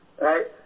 Right